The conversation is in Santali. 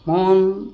ᱠᱷᱚᱱ